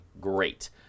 great